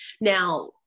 now